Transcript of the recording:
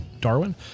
Darwin